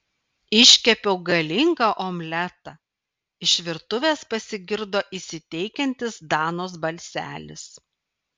iškepiau galingą omletą iš virtuvės pasigirdo įsiteikiantis danos balselis